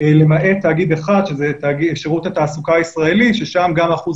למעט תאגיד אחד שזה שירות התעסוקה הישראלי ששם גם האחוז